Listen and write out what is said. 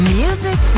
music